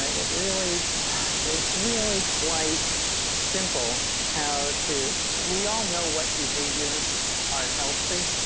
ah it really it's really quite simple how to we all know what behaviors are healthy.